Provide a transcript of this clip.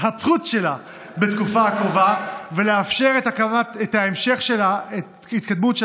ההתהפכות שלה בתקופה הקרובה ולאפשר את ההתקדמות של